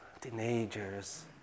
teenagers